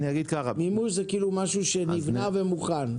מימוש זה כאילו משהו שנבנה ומוכן.